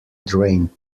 drain